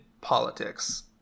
politics